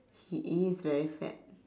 he is very fat